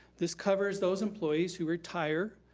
this covers those employees who retire,